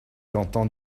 content